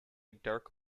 dark